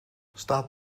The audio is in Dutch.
staat